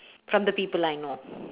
from the people I know